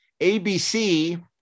ABC